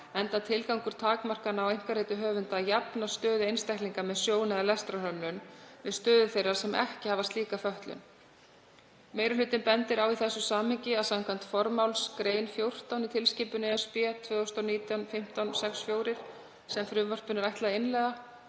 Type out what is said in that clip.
enda er tilgangur takmarkana á einkarétti höfunda að jafna stöðu einstaklinga með sjón- eða lestrarhömlun við stöðu þeirra sem ekki hafa slíka fötlun. Meiri hlutinn bendir á í þessu samhengi að samkvæmt formálsgrein 14 í tilskipun (ESB) 2019/1564, sem frumvarpinu er ætlað að innleiða,